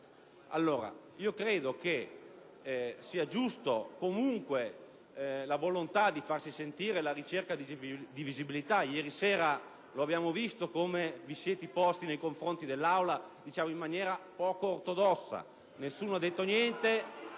Allora, credo che sia giusta comunque la volontà di farsi sentire e la ricerca di visibilità; ieri sera abbiamo visto come vi siete posti nei confronti dell'Aula, diciamo in maniera poco ortodossa. *(Commenti